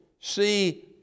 see